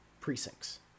precincts